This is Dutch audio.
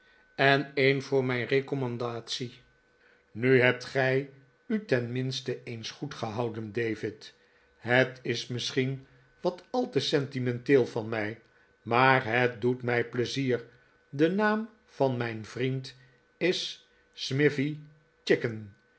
en een voor mijn recommandatie nu heb t gij u tenminste eens goed gehouden david het is misschieii wat al te sentimenteel van mij maar het doet mij pleizier de naam van mijn vriend is smivey